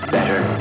Better